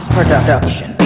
Production